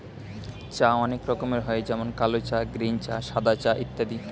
চা অনেক রকমের হয় যেমন কালো চা, গ্রীন চা, সাদা চা ইত্যাদি